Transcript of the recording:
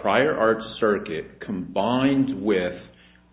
prior art circuit combined with